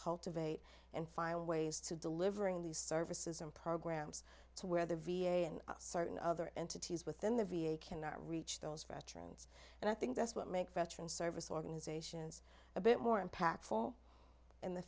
cultivate and find ways to delivering these services and programs to where the v a and certain other entities within the v a cannot reach those veterans and i think that's what makes veterans service organizations a bit more impactful in the